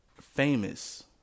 famous